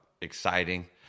exciting